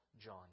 John